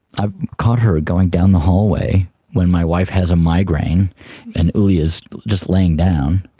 i've caught her going down the hallway when my wife has a migraine and ullie is just lying down,